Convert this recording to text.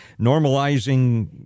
normalizing